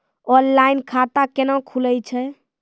Online खाता केना खुलै छै?